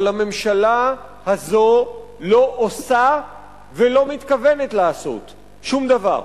אבל הממשלה הזו לא עושה ולא מתכוונת לעשות שום דבר.